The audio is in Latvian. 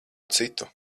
citu